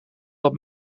dat